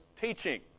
teaching